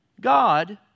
God